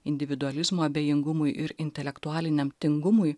individualizmo abejingumui ir intelektualiniam tingumui